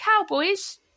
cowboys